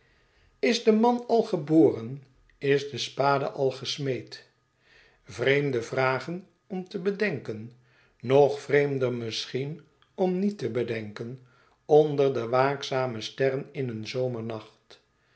is de man al geboren is de spade al gesmeed vreemde vragen om te bedenken nog vreemder misschien om niet te bedenken onder de waakzame sterren in een zomernacht